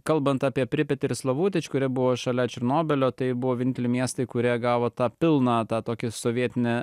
kalbant apie pripet ir slovutič kurie buvo šalia černobylio tai buvo vieninteliai miestai kurie gavo tą pilną tą tokį sovietinį